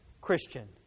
Christian